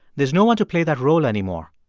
there's no one to play that role anymore.